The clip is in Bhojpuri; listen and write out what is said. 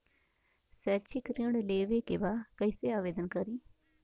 शैक्षिक ऋण लेवे के बा कईसे आवेदन करी?